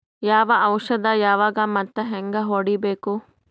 ಯಾವ ಔಷದ ಯಾವಾಗ ಮತ್ ಹ್ಯಾಂಗ್ ಹೊಡಿಬೇಕು?